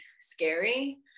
scary